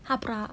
haprak